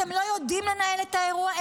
אתם לא יודעים לנהל את האירוע,